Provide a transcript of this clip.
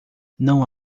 não